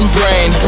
brain